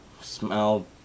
smell